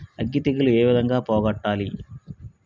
అగ్గి తెగులు ఏ విధంగా పోగొట్టాలి?